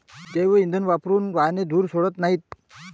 जैवइंधन वापरून वाहने धूर सोडत नाहीत